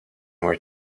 were